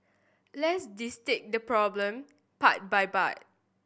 let's dissect this problem part by part